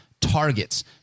targets